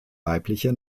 weibliche